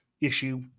issue